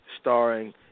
Starring